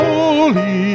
Holy